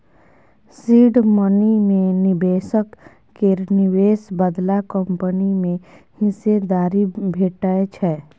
seed money मे निबेशक केर निबेश बदला कंपनी मे हिस्सेदारी भेटै छै